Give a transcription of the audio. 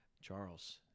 Charles